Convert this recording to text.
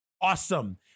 awesome